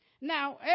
Now